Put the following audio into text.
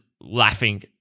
laughing